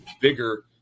bigger